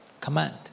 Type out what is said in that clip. command